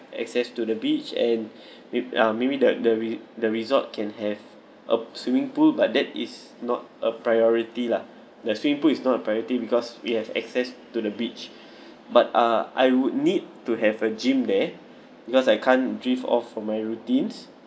access to the beach and with uh maybe that the the resort can have a p~ swimming pool but that is not a priority lah the swimming pool is not a priority because we have access to the beach but uh I would need to have a gym there because I can't drift off for my routines